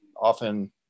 often